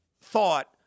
thought